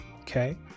okay